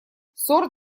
сорт